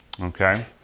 okay